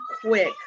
quick